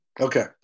Okay